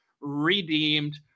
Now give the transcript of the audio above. redeemed